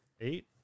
eight